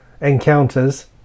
encounters